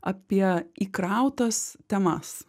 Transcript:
apie įkrautas temas